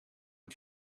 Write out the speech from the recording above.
een